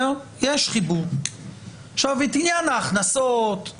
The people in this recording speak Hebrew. עניין ההכנסות,